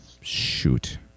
shoot